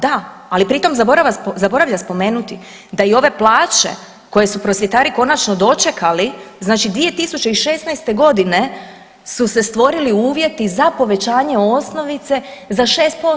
Da, ali pri tom zaboravlja spomenuti da i ove plaće koje su prosvjetari konačno dočekali znači 2016.g. su se stvorili uvjeti za povećavanje osnovice za 6%